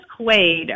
Quaid